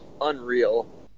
unreal